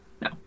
No